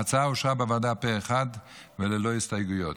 ההצעה אושרה בוועדה פה אחד וללא הסתייגויות.